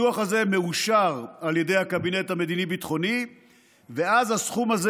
הדוח הזה מאושר על ידי הקבינט המדיני-ביטחוני ואז הסכום הזה